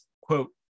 quote